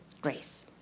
grace